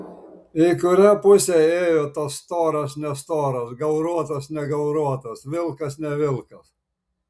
į kurią pusę ėjo tas storas nestoras gauruotas negauruotas vilkas ne vilkas